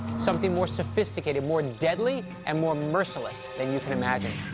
something more sophisticated, more deadly, and more merciless than you can imagine.